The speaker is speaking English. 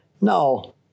no